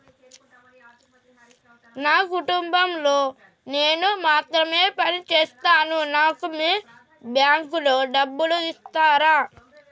నా కుటుంబం లో నేను మాత్రమే పని చేస్తాను నాకు మీ బ్యాంకు లో డబ్బులు ఇస్తరా?